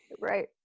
Right